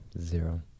Zero